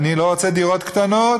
אני לא רוצה דירות קטנות,